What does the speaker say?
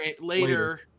Later